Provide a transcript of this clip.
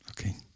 okay